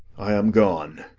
i am gone.